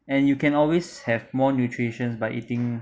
and you can always have more nutritions by eating